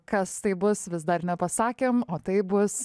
kas tai bus vis dar nepasakėm o tai bus